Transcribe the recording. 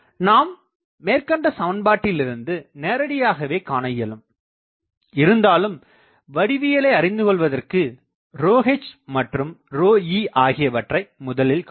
நாம் மேற்கண்ட சமன்பாட்டிலிருந்து நேரடியாகவே காணஇயலும் இருந்தாலும் வடிவியலை அறிந்துகொள்வதற்கு h மற்றும் e ஆகியவற்றை முதலில் காணலாம்